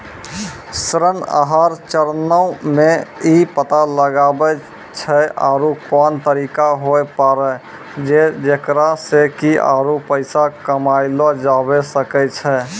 ऋण आहार चरणो मे इ पता लगाबै छै आरु कोन तरिका होय पाड़ै छै जेकरा से कि आरु पैसा कमयलो जाबै सकै छै